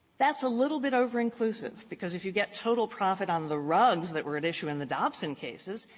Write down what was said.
that's a little bit overinclusive, because if you get total profit on the rugs that were at issue in the dobson cases,